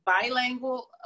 bilingual